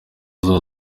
umwaka